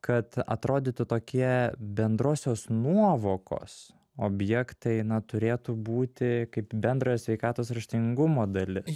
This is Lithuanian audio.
kad atrodytų tokie bendrosios nuovokos objektai na turėtų būti kaip bendrojo sveikatos raštingumo dalis